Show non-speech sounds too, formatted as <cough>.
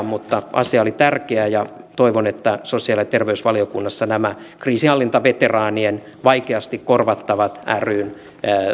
<unintelligible> mutta asia oli tärkeä ja toivon että sosiaali ja terveysvaliokunnassa nämä kriisinhallintaveteraanien vaikeasti korvattavat ryn